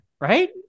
right